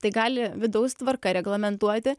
tai gali vidaus tvarka reglamentuoti